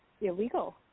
illegal